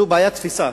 אלא בעיית תפיסה,